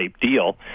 deal